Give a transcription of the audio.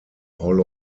hall